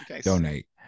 Donate